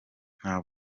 nta